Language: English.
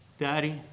Daddy